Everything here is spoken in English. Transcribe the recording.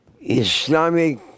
Islamic